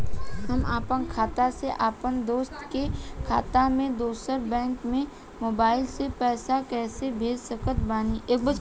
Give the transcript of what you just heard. हम आपन खाता से अपना दोस्त के खाता मे दोसर बैंक मे मोबाइल से पैसा कैसे भेज सकत बानी?